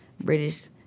British